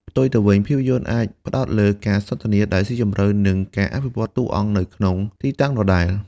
ផ្ទុយទៅវិញ ភាពយន្តអាចផ្ដោតលើការសន្ទនាដែលស៊ីជម្រៅ និងការអភិវឌ្ឍតួអង្គនៅក្នុងទីតាំងដដែល។